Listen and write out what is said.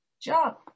job